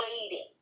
waiting